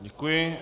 Děkuji.